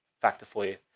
factor for you,